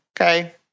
okay